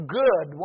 good